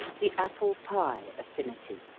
the apple-pie affinity